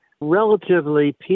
relatively